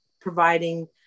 providing